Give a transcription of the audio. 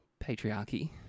patriarchy